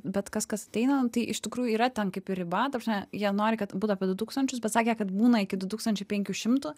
bet kas kas ateina tai iš tikrųjų yra ten kaip ir riba ta prasme jie nori kad būtų apie du tūkstančius bet sakė kad būna iki du tūkstančių penkių šimtų